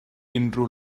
unrhyw